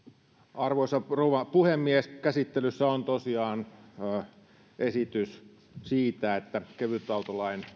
arvoisa rouva puhemies käsittelyssä on tosiaan esitys siitä että kevytautolain